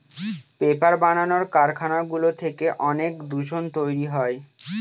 paper বানানোর কারখানাগুলো থেকে অনেক দূষণ তৈরী হয়